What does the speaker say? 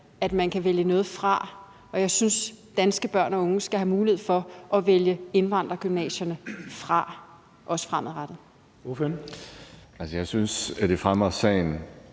at man kan vælge noget fra, og jeg synes, at danske børn og unge skal have mulighed for at vælge indvandrergymnasierne fra, også fremadrettet. Kl. 12:29 Den